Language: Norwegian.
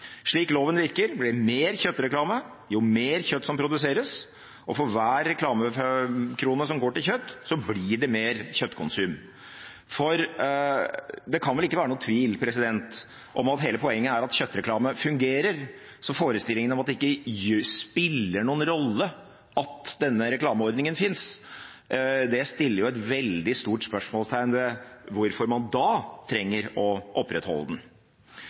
Slik loven virker, blir det mer kjøttreklame jo mer kjøtt som produseres, og for hver reklamekrone som går til kjøtt, blir det mer kjøttkonsum. For det kan vel ikke være noen tvil om at hele poenget er at kjøttreklame fungerer. Så forestillingen om at det ikke spiller noen rolle at denne reklameordningen finnes – det setter et veldig stort spørsmålstegn ved hvorfor man da trenger å opprettholde den.